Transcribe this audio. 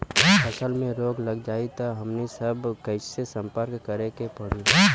फसल में रोग लग जाई त हमनी सब कैसे संपर्क करें के पड़ी?